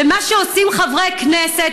ומה שעושים חברי כנסת,